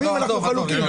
להוציא.